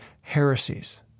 heresies